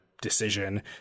decision